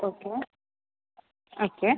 okay okay